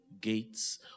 Gates